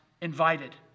invited